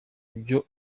byo